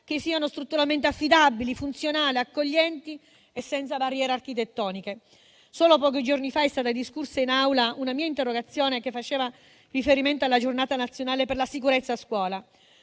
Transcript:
che siano strutturalmente affidabili, funzionali, accoglienti e senza barriere architettoniche. Solo pochi giorni fa è stata discussa in Aula una mia interrogazione che faceva riferimento alla Giornata nazionale per la sicurezza a scuola,